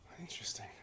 Interesting